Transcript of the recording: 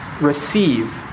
receive